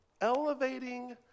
elevating